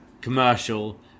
commercial